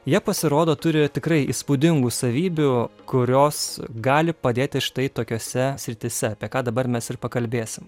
jie pasirodo turi tikrai įspūdingų savybių kurios gali padėti štai tokiose srityse apie ką dabar mes ir pakalbėsim